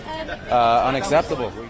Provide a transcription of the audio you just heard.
unacceptable